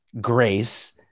grace